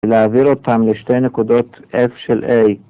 ‫ולהעביר אותם לשתי נקודות F של A.